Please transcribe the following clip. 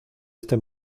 este